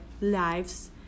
lives